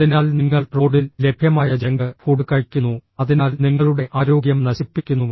അതിനാൽ നിങ്ങൾ റോഡിൽ ലഭ്യമായ ജങ്ക് ഫുഡ് കഴിക്കുന്നു അതിനാൽ നിങ്ങളുടെ ആരോഗ്യം നശിപ്പിക്കുന്നു